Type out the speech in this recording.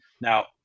Now